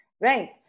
right